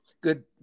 good